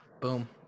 Boom